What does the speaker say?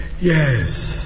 Yes